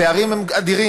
הפערים הם אדירים,